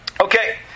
Okay